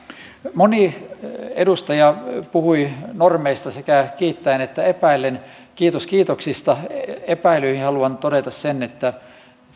moni edustaja puhui normeista sekä kiittäen että epäillen kiitos kiitoksista epäilyihin haluan todeta sen että